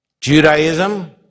Judaism